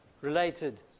related